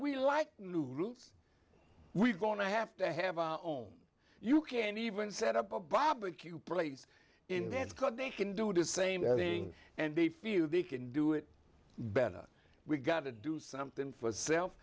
we like new rules we're going to have to have our own you can't even set up a barbecue place in this country can do the same thing and they feel they can do it better we've got to do something for